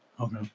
Okay